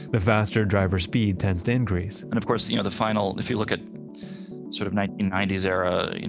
the faster driver speed tends to increase. and, of course, the you know the final, if you look at sort of nineteen ninety s era,